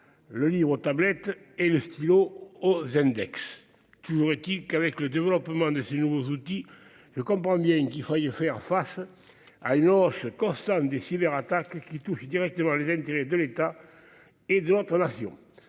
le livre aux tablettes et le stylo à l'index. Toujours est-il qu'avec le développement de ces nouveaux outils je comprends bien qu'il faille faire face à une hausse constante des cyberattaques, lesquelles touchent directement les intérêts de l'État et de notre Nation.